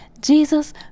Jesus